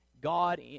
God